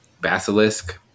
Basilisk